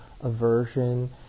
aversion